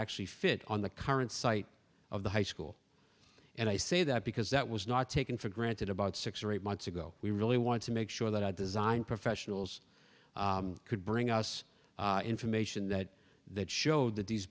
actually fit on the current site of the high school and i say that because that was not taken for granted about six or eight months ago we really want to make sure that i design professionals could bring us information that that showed that these